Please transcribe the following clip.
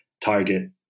target